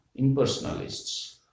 impersonalists